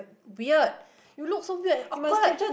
weird you look so weird and awkward